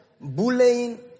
bullying